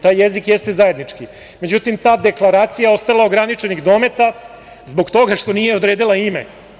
Taj jezik jeste zajednički, međutim ta deklaracija je ostala ograničenih dometa zbog toga što nije odredila ime.